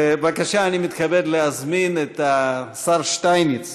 בבקשה, אני מתכבד להזמין את השר שטייניץ